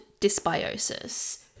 dysbiosis